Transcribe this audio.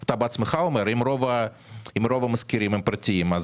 אתה בעצמך אומר: אם רוב המשכירים הם פרטיים,